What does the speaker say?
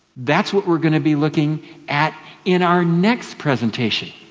that's what we're gonna be looking at in our next presentation.